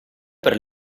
per